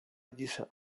lliça